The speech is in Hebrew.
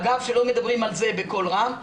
אגב שלא מדברים על זה בקול רם,